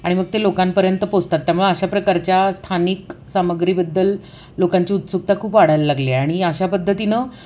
आणि मग ते लोकांपर्यंत पोचतात त्यामुळे अशा प्रकारच्या स्थानिक सामग्रीबद्दल लोकांची उत्सुकता खूप वाढायला लागली आहे आणि अशा पद्धतीनं